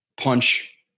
Punch